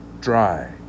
dry